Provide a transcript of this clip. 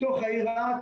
מתוך העיר רהט,